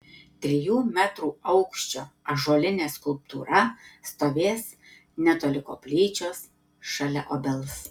trijų metrų aukščio ąžuolinė skulptūra stovės netoli koplyčios šalia obels